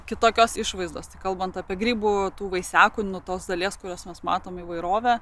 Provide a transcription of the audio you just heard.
kitokios išvaizdos kalbant apie grybų vaisiakūnį nuo tos dalies kuriuos mes matome įvairovę